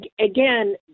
again